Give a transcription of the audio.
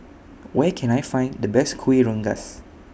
Where Can I Find The Best Kuih Rengas